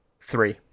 Three